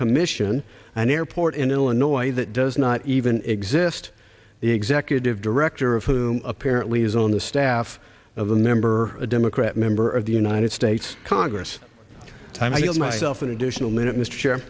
commission an airport in illinois that does not even exist the executive director of whom apparently is on the staff of a member a democrat member of the united states congress time i feel myself an additional minute m